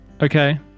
Okay